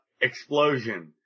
explosion